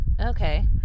Okay